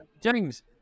James